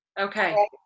Okay